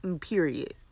period